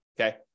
okay